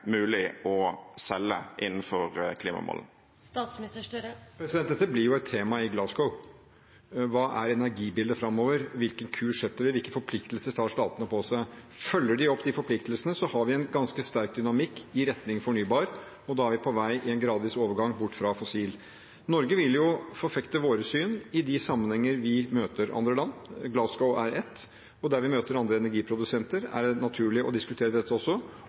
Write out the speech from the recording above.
mulig å selge innenfor klimamålene? Dette blir et tema i Glasgow: Hva er energibildet framover, hvilken kurs setter vi, hvilke forpliktelser tar statene på seg? Følger de opp de forpliktelsene, har vi en ganske sterk dynamikk i retning fornybar, og da er vi på vei i en gradvis overgang bort fra fossil. Norge vil forfekte våre syn i de sammenhenger der vi møter andre land – Glasgow er en av dem – og der vi møter andre energiprodusenter, er det også naturlig å diskutere dette. Det gjelder også